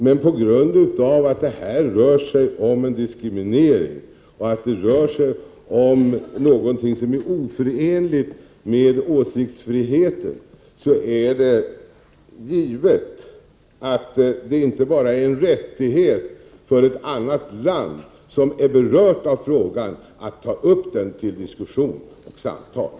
Men på grund av att det här rör sig om en diskriminering och någonting som är oförenligt med åsiktsfriheten är det givet att det är en rättighet för ett annat land som är berört av frågan att ta upp den till diskussion och samtal.